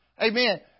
amen